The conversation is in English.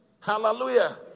hallelujah